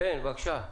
כן, בבקשה.